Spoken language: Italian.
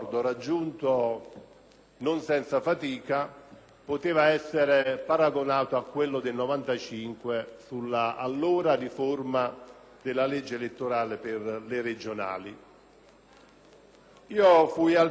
poteva essere paragonabile a quello del 1995 sulla allora riforma della legge elettorale per le elezioni regionali. Io fui al centro e artefice di quell'accordo, che